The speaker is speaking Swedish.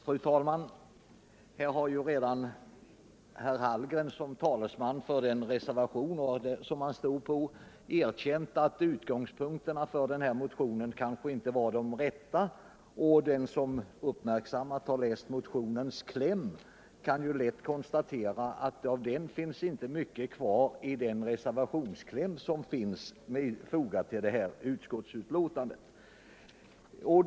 Fru talman! Herr Hallgren har redan som talesman för reservationen erkänt att utgångspunkterna för den aktuella motionen kanske inte var de rätta. Den som uppmärksamt har läst motionens kläm kan lätt konstatera att av den inte mycket finns kvar i klämmen på den reservation som är fogad vid utskottsbetänkandet.